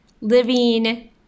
living